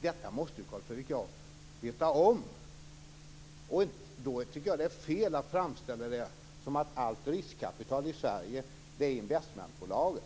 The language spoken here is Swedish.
Detta måste Carl Fredrik Graf veta om. Och då tycker jag att det är fel att framställa det som att allt riskkapital i Sverige är i investmentbolagen.